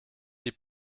die